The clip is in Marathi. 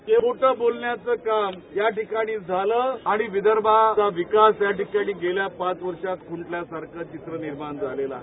केवळ खोटं बोलण्याचं काम याठिकाणी झालं आणि विदर्भाचा विकास याठिकाणी गेल्या पाच वर्षात ख्रंटल्याचं चित्र विर्माण झालं आहे